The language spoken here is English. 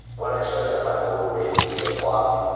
one exercise i find over rated is the plank.